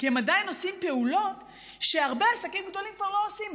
כי הם עדיין עושים פעולות שהרבה עסקים גדולים כבר לא עושים,